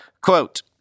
Quote